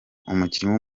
umukinnyi